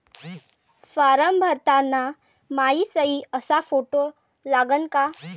Form भरताना मायी सयी अस फोटो लागन का?